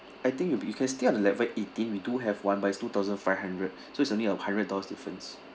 I think you'll be you can stay on the level eighteen we do have one by two thousand five hundred so it's only a hundred dollars difference